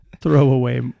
throwaway